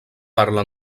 parla